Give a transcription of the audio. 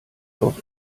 auch